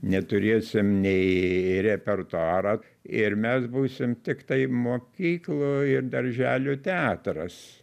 neturėsim nei repertuaro ir mes būsim tiktai mokyklų ir darželių teatras